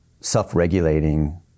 self-regulating